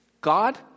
God